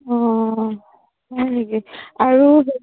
অ হয় নেকি আৰু